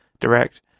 direct